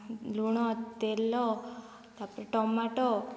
ଲୁଣ ତେଲ ତାପରେ ଟମାଟୋ